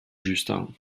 justin